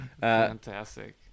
Fantastic